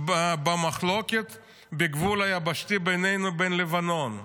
במחלוקת בגבול היבשתי בינינו ובין לבנון.